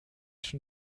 schon